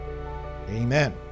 Amen